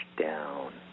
down